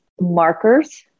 markers